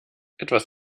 etwas